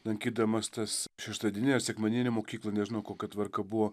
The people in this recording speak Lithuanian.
lankydamas tas šeštadieninę sekmadieninę mokyklų nežinau kokia tvarka buvo